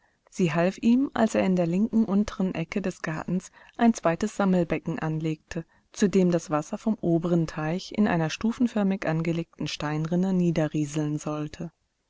sie half ihm als er in der linken unteren ecke des gartens ein zweites sammelbecken anlegte zu dem das wasser vom oberen teich in einer stufenförmig angelegten steinrinne niederrieseln sollte